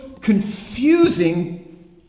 confusing